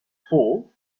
fall